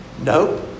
Nope